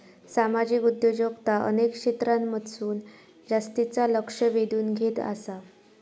सामाजिक उद्योजकता अनेक क्षेत्रांमधसून जास्तीचा लक्ष वेधून घेत आसा